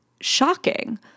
shocking